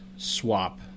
Swap